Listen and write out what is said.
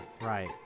right